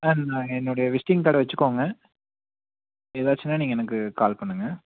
ஆ நான் என்னோடைய விஸ்டிங் கார்டை வச்சுக்கோங்க எதாச்சுன்னால் நீங்கள் எனக்கு கால் பண்ணுங்கள்